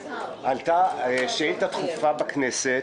עלתה שאילתה דחופה בכנסת.